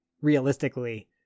realistically